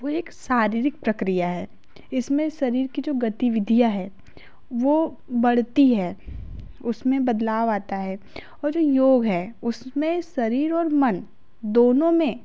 वो एक शारीरिक प्रक्रिया है इसमें शरीर की जो गतिविधियाँ है वो बढ़ती है उसमें बदलाव आता है और योग है उसमें शरीर और मन दोनों में